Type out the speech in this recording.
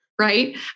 right